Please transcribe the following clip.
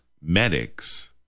medics